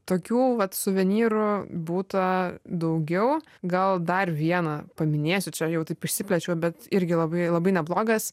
tokių vat suvenyrų būta daugiau gal dar vieną paminėsiu čia jau taip išsiplėčiau bet irgi labai labai neblogas